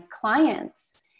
clients